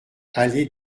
allée